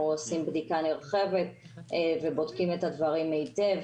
עושים בדיקה נרחבת ובודקים את הדברים היטב,